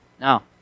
Now